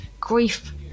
grief